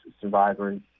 survivors